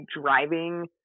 driving